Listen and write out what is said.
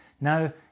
Now